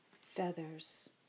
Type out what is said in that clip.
Feathers